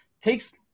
takes